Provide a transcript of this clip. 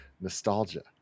Nostalgia